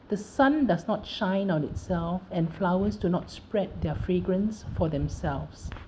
the sun does not shine on itself and flowers do not spread their fragrance for themselves